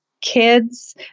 kids